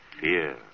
fear